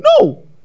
No